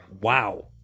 Wow